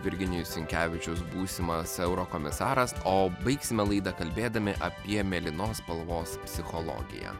virginijus sinkevičius būsimas eurokomisaras o baigsime laidą kalbėdami apie mėlynos spalvos psichologiją